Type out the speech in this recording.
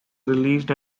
released